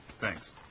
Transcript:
Thanks